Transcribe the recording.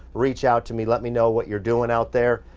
reach out to me, let me know what you're doing out there.